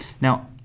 Now